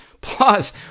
Plus